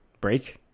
break